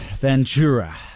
Ventura